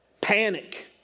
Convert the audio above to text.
Panic